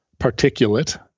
particulate